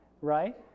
right